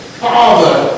father